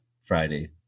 Friday